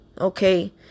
Okay